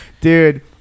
Dude